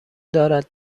دارد